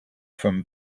from